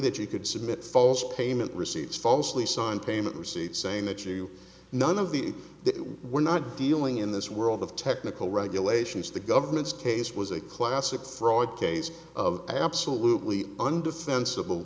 that you could submit false payment receipts falsely signed payment receipt saying that you none of the if they were not dealing in this world of technical regulations the government's case was a classic fraud case of absolutely under